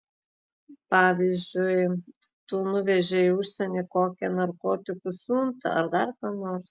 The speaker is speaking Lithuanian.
pavyzdžiui tu nuvežei į užsienį kokią narkotikų siuntą ar dar ką nors